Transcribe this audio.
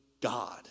God